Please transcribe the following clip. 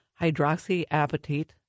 hydroxyapatite